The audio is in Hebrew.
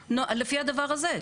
לפי הדבר הזה.